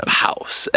house